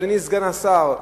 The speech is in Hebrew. אדוני סגן השר,